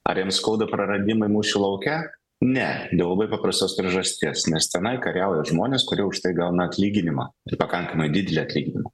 ar jiems skauda praradimai mūšio lauke ne dėl labai paprastos priežasties nes tenai kariauja žmonės kurie už tai gauna atlyginimą pakankamai didelį atlyginimą